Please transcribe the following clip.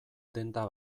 denda